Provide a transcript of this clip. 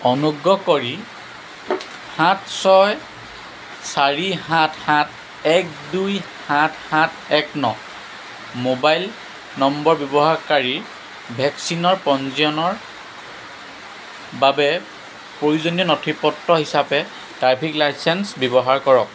অনুগ্ৰহ কৰি সাত ছয় চাৰি সাত সাত এক দুই সাত সাত এক ন মোবাইল নম্বৰৰ ব্যৱহাৰকাৰীৰ ভেকচিনৰ পঞ্জীয়নৰ বাবে প্ৰয়োজনীয় নথিপত্ৰ হিচাপে ড্ৰাইভিং লাইচেন্স ব্যৱহাৰ কৰক